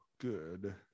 good